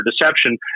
deception—